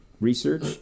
research